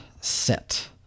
Set